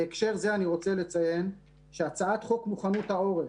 בהקשר זה אני רוצה לציין שהצעת חוק מוכנות העורף,